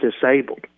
disabled